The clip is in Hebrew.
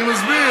אני מסביר.